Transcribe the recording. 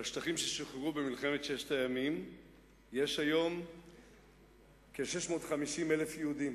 בשטחים ששחררו במלחמת ששת הימים יש היום כ-650,000 יהודים.